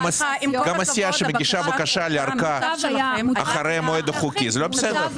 גם הסיעה שמגישה בקשה לארכה אחרי המועד החוקי זה לא בסדר.